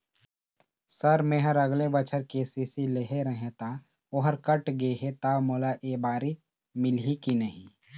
Sir मेहर अगले बछर के.सी.सी लेहे रहें ता ओहर कट गे हे ता मोला एबारी मिलही की नहीं?